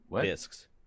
Discs